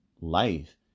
life